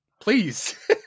Please